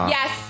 Yes